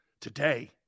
Today